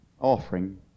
offering